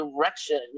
direction